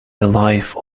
life